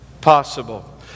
possible